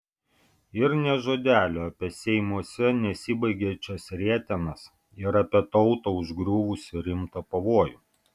ir nė žodelio apie seimuose nesibaigiančias rietenas ir apie tautą užgriuvusį rimtą pavojų